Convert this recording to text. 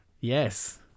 Yes